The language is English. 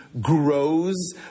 grows